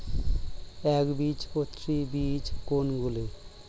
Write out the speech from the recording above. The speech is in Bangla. একবীজপত্রী বীজ কোন গুলি?